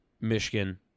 michigan